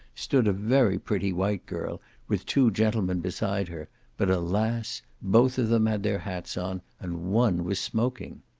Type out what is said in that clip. stood a very pretty white girl, with two gentlemen beside her but alas! both of them had their hats on, and one was smoking!